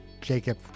Jacob